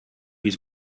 his